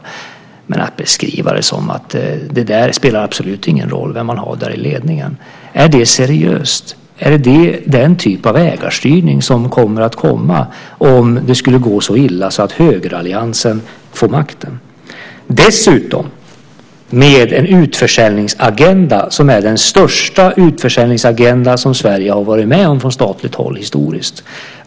Men är det seriöst att beskriva det som att det absolut inte spelar någon roll vem man har i ledningen? Är det den typ av ägarstyrning som kommer om det skulle gå så illa så att högeralliansen får makten? Man har dessutom en utförsäljningsagenda som är den största utförsäljningsagenda som Sverige historiskt har varit med om från statligt håll.